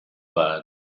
bad